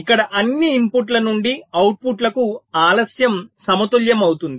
ఇక్కడ అన్ని ఇన్పుట్ల నుండి అవుట్పుట్లకు ఆలస్యం సమతుల్యమవుతుంది